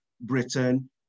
Britain